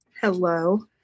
Hello